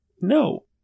No